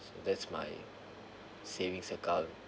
that's my savings account